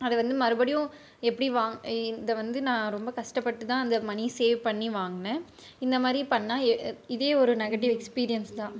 அதை வந்து மறுபடியும் எப்படி வா இதை வந்து நான் ரொம்ப கஷ்டப்பட்டு தான் அந்த மனி சேவ் பண்ணி வாங்கினேன் இந்தமாதிரி பண்ணா இதே ஒரு நெகட்டிவ் எக்ஸ்பீரியன்ஸ் தான்